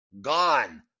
Gone